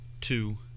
Two